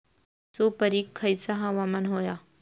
सुपरिक खयचा हवामान होया?